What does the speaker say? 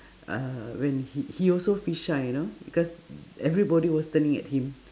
uhh when he he also feel shy you know because everybody was turning at him